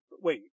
wait